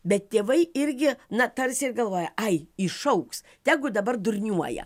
bet tėvai irgi na tarsi ir galvoja ai išaugs tegu dabar durniuoja